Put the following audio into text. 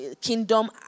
kingdom